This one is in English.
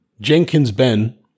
Jenkins-Ben